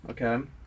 okay